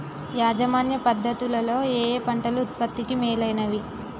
యాజమాన్య పద్ధతు లలో ఏయే పంటలు ఉత్పత్తికి మేలైనవి?